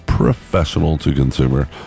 professional-to-consumer